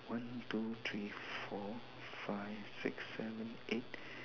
one two three four five six seven eight